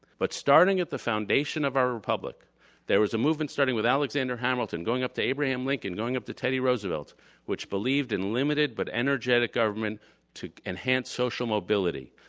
but starting at the foundation of our republic there was a movement starting with alexander hamilton going up to abraham lincoln going up to teddy roosevelt which believed in limited but energetic government to enhance social mobility,